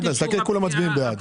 לא יודע, תסתכל, כולם מצביעים בעד.